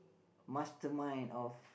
mastermind of